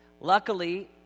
Luckily